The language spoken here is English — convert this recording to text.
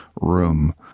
room